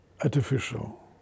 artificial